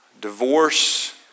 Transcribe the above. Divorce